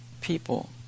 people